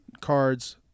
cards